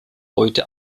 heute